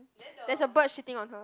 there's a bird shitting on her